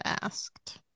asked